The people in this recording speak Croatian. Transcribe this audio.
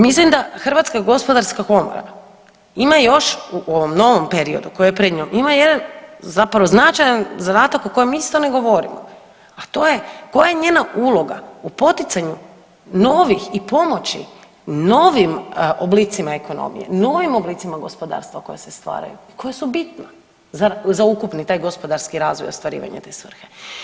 Mislim da Hrvatska gospodarska komora ima još u ovom novom periodu koji je pred njom ima jedan zapravo značajan zadatak o kojem mi isto ne govorimo, a to je koja je njena uloga u poticanju novih i pomoći novim oblicima ekonomija, novim oblicima gospodarstva koja se stvaraju koja su bitna za ukupni taj gospodarski razvoj i ostvarivanja te svrhe.